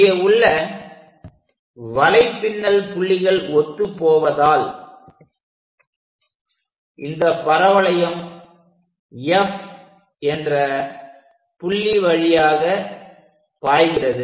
இங்கே உள்ள வலைப்பின்னல் புள்ளிகள் ஒத்துப்போவதால் இந்த பரவளையம் F என்ற புள்ளி வழியாக பாய்கிறது